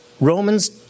Romans